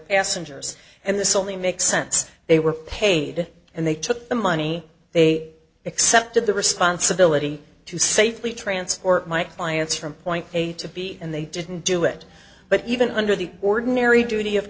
passengers and this only makes sense they were paid and they took the money they accepted the responsibility to safely transport my clients from point a to b and they didn't do it but even under the ordinary duty of